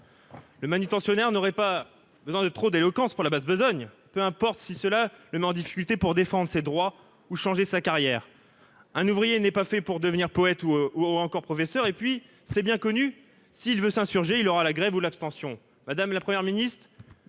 Le manutentionnaire n'aurait pas besoin de trop d'éloquence pour la basse besogne, peu importe si cela le met en difficulté pour défendre ses droits ou changer sa carrière un ouvrier n'est pas fait pour devenir poète ou ou encore professeur et puis c'est bien connu, s'il veut s'insurger, il aura la grève ou l'abstention madame la première ministre